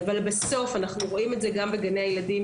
אבל בסוף אנחנו רואים את זה גם בגני הילדים